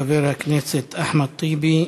חבר הכנסת אחמד טיבי,